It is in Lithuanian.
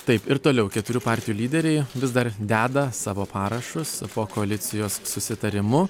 taip ir toliau keturių partijų lyderiai vis dar deda savo parašus po koalicijos susitarimu